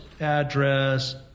address